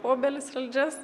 obelis saldžias